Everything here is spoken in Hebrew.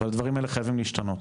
אבל הדברים האלה חייבים להשתנות.